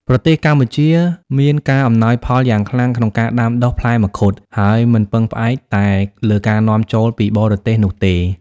ប្រទេសកម្ពុជាមានការអំណោយផលយ៉ាងខ្លាំងក្នុងការដាំដុះផ្លែមង្ឃុត ហើយមិនពឹងផ្អែកតែលើការនាំចូលពីបរទេសនោះទេ។